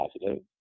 positive